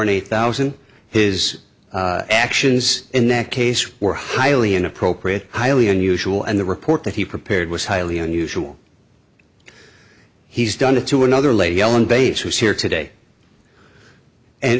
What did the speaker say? and eight thousand his actions in neck case were highly inappropriate highly unusual and the report that he prepared was highly unusual he's done it to another lady helen bates was here today and